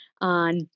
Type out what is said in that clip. on